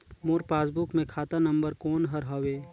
मोर passbook मे खाता number कोन हर हवे?